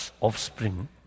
offspring